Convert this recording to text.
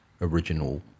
original